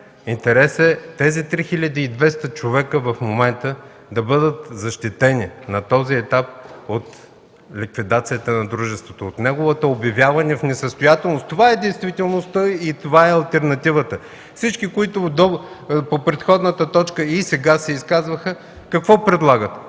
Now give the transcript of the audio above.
Интересът е тези 3200 човека да бъдат защитени на този етап от ликвидацията на дружеството, от неговото обявяване в несъстоятелност. Това е действителността и това е алтернативата. Всички, които се изказваха по предходната точка и сега, какво предлагат?